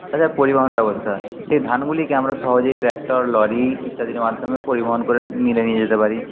এদের পরিবহন ব্যবস্থা সেই ধানগুলিকে আমরা সহজেই ট্র্যাক্টর লড়ি ইত্যাদির মাধ্যমে পরিবহন করে মিলে নিয়ে যেতে পারি